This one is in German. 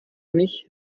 nicht